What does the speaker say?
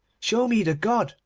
show me the god,